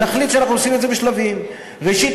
ונחליט שאנחנו עושים את זה בשלבים: ראשית,